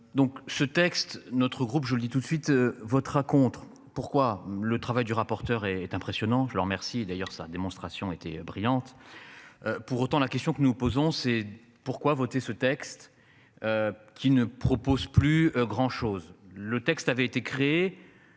Donc ce texte. Notre groupe, je le dis tout de suite votera contre, pourquoi le travail du rapporteur est impressionnant je l'remercie d'ailleurs sa démonstration était brillante. Pour autant, la question que nous posons c'est pourquoi voter ce texte. Qui ne propose plus grand chose. Le texte avait été créé.